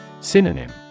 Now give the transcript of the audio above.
Synonym